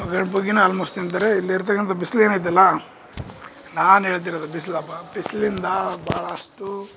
ಒಗ್ಗರಣೆ ಪುಗ್ಗಿನ ಆಲ್ಮೋಸ್ಟ್ ತಿಂತಾರೆ ಇಲ್ಲಿರ್ತಕ್ಕಂಥ ಬಿಸ್ಲು ಏನೈತಲ್ಲಾ ನಾನು ಹೇಳ್ತಿರೋದು ಬಿಸಿಲಪ್ಪ ಬಿಸ್ಲಿಂದ ಬಹಳ ಅಷ್ಟು